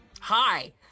Hi